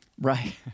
Right